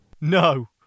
No